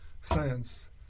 science